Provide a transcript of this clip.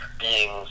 beings